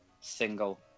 single